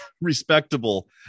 respectable